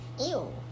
Ew